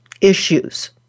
issues